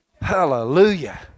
Hallelujah